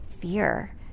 fear